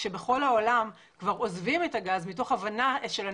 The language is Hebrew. כשבכל העולם כבר עוזבים את הגז מתוך הבנה שהוא גורם